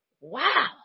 Wow